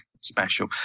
special